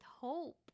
hope